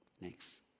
Next